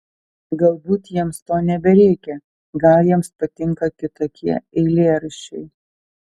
galbūt jiems to nebereikia gal jiems patinka kitokie eilėraščiai